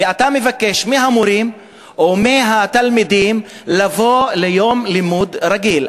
ואתה מבקש מהמורים ומהתלמידים לבוא ליום לימודים רגיל.